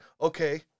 Okay